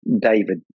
David